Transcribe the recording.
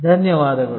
ಧನ್ಯವಾದಗಳು